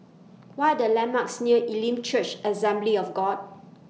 What Are The landmarks near Elim Church Assembly of God